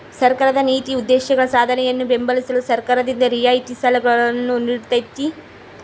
ಸರ್ಕಾರದ ನೀತಿ ಉದ್ದೇಶಗಳ ಸಾಧನೆಯನ್ನು ಬೆಂಬಲಿಸಲು ಸರ್ಕಾರದಿಂದ ರಿಯಾಯಿತಿ ಸಾಲಗಳನ್ನು ನೀಡ್ತೈತಿ